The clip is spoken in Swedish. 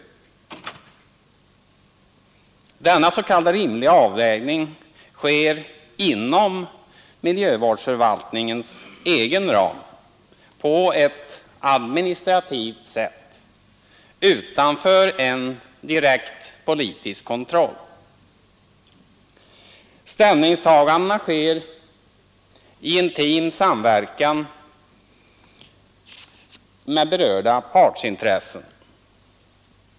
Denna s.k. rimliga avvägning sker inom miljövårdsför valtningens egen ram på ett administrativt sätt utanför en direkt politisk kontroll. Ställningstagandena sker i intim samverkan med berörda , att starka ekonomiska partsintressen.